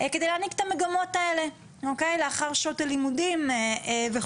כדי להעניק את המגמות האלה לאחר שעות הלימודים וכו'.